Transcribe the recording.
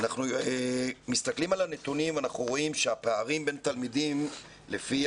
אנחנו מסתכלים על הנתונים ורואים שהפערים בין תלמידים לפי